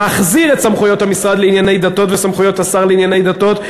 להחזיר את סמכויות המשרד לענייני דתות וסמכויות השר לענייני דתות,